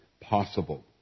possible